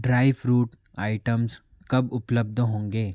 dry fruit items कब उपलब्ध होंगे